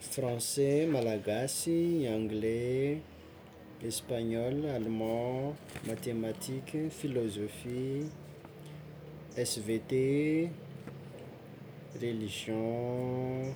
Français, malagasy, angle, espaniola, aleman, matematika, filôzofia, svt, religion,